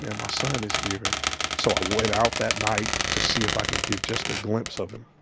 yeah my son is here. and so, i went out that night to see if i could get just a glimpse of him.